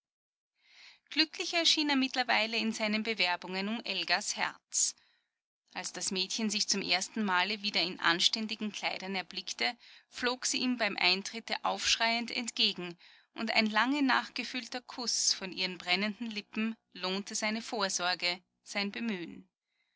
glücklicher schien er mittlerweile in seinen bewerbungen um elgas herz als das mädchen sich zum erstenmale wieder in anständigen kleidern erblickte flog sie ihm beim eintritte aufschreiend entgegen und ein lange nachgefühlter kuß von ihren brennenden lippen lohnte seine vorsorge sein bemühn